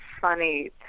funny